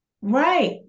right